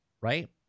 right